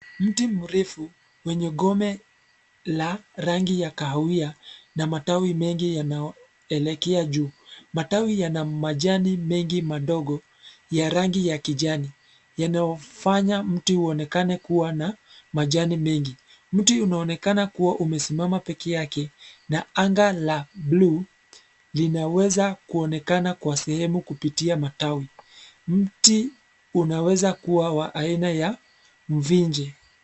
Mti mrefu, mwenye gome la rangi ya kahawia, na matawi mengi yanayoelekea juu. Matawi yana majani mengi madogo, ya rangi ya kijani, yanayofanya mti uonekane kuwa na majani mengi. Mti unaonekana kuwa umesimama peke yake, na anga la bluu, linaweza kuonekana kwa sehemu kupitia matawi. Mti unaweza kuwa wa aina ya mvinje.